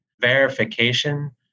verification